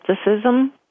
skepticism